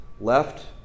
left